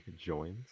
joins